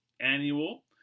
annual